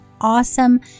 awesome